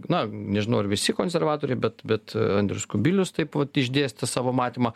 na nežinau ar visi konservatoriai bet bet andrius kubilius taip vat išdėstė savo matymą